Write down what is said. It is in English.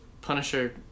Punisher